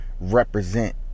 represent